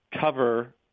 cover